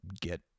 get